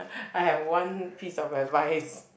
I have one piece of advice